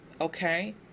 okay